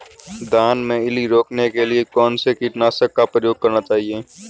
धान में इल्ली रोकने के लिए कौनसे कीटनाशक का प्रयोग करना चाहिए?